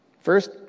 First